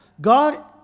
God